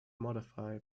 modify